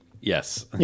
yes